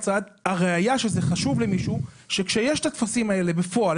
הראיה שזה חשוב למישהו היא שכשיש הטפסים האלה בפועל,